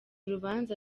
rubanza